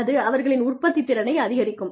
அது அவர்களின் உற்பத்தித்திறனை அதிகரிக்கும்